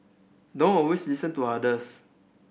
don't always listen to others